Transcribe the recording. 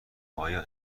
آیا